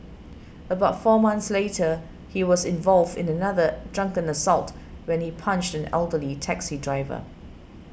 about four months later he was involved in another drunken assault when he punched an elderly taxi driver